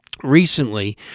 Recently